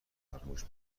فراموش